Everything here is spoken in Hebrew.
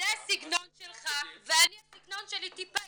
הסגנון שלך, הנחמדות,